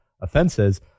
offenses